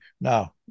Now